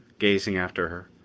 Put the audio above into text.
gazing after her,